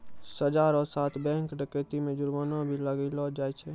सजा रो साथ बैंक डकैती मे जुर्माना भी लगैलो जाय छै